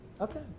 okay